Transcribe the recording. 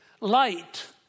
light